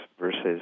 versus